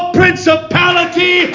principality